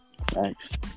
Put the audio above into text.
Thanks